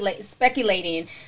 speculating